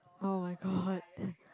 oh-my-god